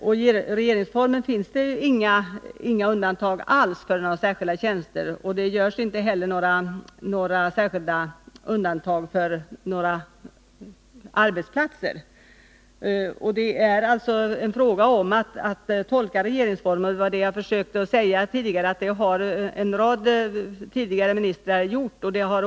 I regeringsformen görs inga undantag över huvud taget för några särskilda tjänster, och det görs inte heller undantag för speciella arbetsplatser. Det är alltså fråga om att tillämpa regeringsformen, och som jag sade tidigare har förutvarande ministrar gjort det.